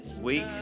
week